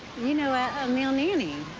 you know, a male nanny.